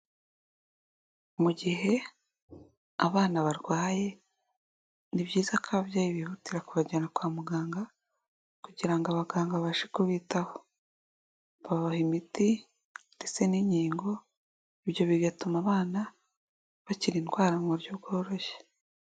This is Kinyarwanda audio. Mu gihe abana barwaye, ni byiza ko ababyeyi bihutira kubajyana kwa muganga kugira ngo abaganga babashe kubitaho. Babaha imiti ndetse n'inkingo, ibyo bigatuma abana bakira indwara mu buryo bworoshye.